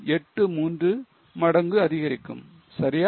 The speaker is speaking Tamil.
83 மடங்கு அதிகரிக்கும் சரியா